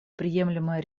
приемлемое